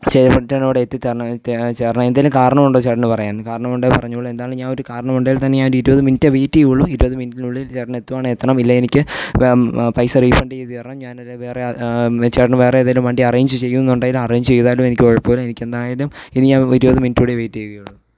ചേട്ടനിവിടെ എത്തിച്ചുതരണം എത്തിച്ച് തരണം എന്തെങ്കിലും കാരണം ഉണ്ടോ ചേട്ടന് പറയാൻ കാരണം ഉണ്ടെങ്കിൽ പറഞ്ഞോളു എന്താണെങ്കിലും ഞാനൊരു കാരണം ഉണ്ടെങ്കിൽ തന്നെ ഞാനൊരു ഇരുപത് മിനിറ്റ് വെയ്റ്റ് ചെയ്യുള്ളു ഇരുപത് മിനിറ്റിനുള്ളിൽ ചേട്ടനെത്തുകയാണെങ്കിൽ എത്തണം ഇല്ലെങ്കിൽ എനിക്ക് പൈസ റീഫണ്ട് ചെയ്തു തരണം ഞാനൊരു വേറെ ചേട്ടന് വേറെ ഏതെങ്കിലും വണ്ടി അറേഞ്ച് ചെയ്യുന്നുണ്ടെങ്കിലും അറേഞ്ച് ചെയ്താലും എനിക്ക് കുഴപ്പമില്ല എനിക്കെന്തായാലും ഇനി ഞാൻ ഇരുപത് മിനിറ്റ് കൂടയേ വെയ്റ്റ് ചെയ്യുകയുള്ളു